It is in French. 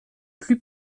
plus